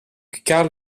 carl